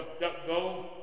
DuckDuckGo